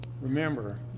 Remember